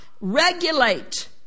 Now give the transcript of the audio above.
regulate